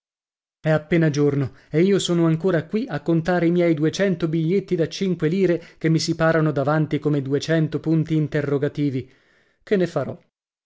è appena giorno e io sono ancora qui a contare i miei duecento biglietti da cinque lire che mi si parano davanti come duecento punti interrogativi che ne farò